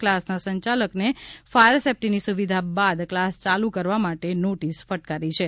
ક્લાસના સંચાલકને ફાયર સેફટીની સુવિધા બાદ ક્લાસ ચાલુ કરવા માટે નોટિસ ફટકારી છે